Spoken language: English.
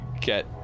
get